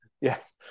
Yes